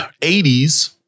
80s